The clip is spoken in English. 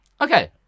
okay